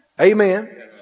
Amen